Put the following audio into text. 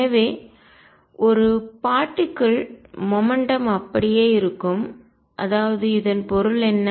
எனவே ஒரு பார்ட்டிக்கல் துகள் மொமெண்ட்டும் அப்படியே இருக்கும் அதாவது இதன் பொருள் என்ன